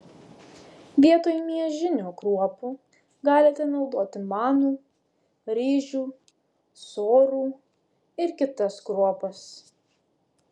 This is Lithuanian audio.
vietoj miežinių kruopų galite naudoti manų ryžių sorų ir kitas kruopas